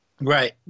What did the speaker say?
Right